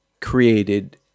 created